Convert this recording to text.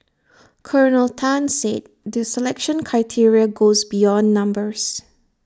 Colonel Tan said the selection criteria goes beyond numbers